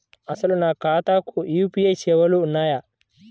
అసలు నా ఖాతాకు యూ.పీ.ఐ సేవలు ఉన్నాయా?